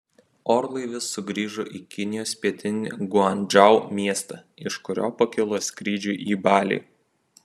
orlaivis sugrįžo į kinijos pietinį guangdžou miestą iš kurio pakilo skrydžiui į balį